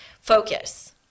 focus